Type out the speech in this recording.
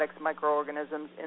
microorganisms